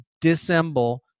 dissemble